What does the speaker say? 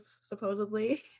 supposedly